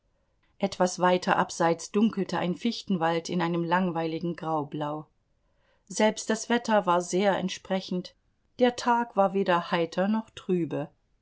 etwas weiter abseits dunkelte ein fichtenwald in einem langweiligen graublau selbst das wetter war sehr entsprechend der tag war weder heiter noch trübe